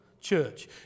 church